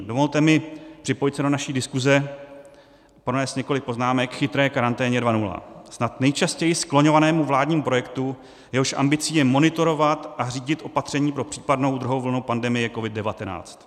Dovolte mi připojit se do naší diskuze, pronést několik poznámek k Chytré karanténě 2.0, snad nejčastěji skloňovanému vládnímu projektu, jehož ambicí je monitorovat a řídit opatření pro případnou druhou vlnu pandemie COVID19.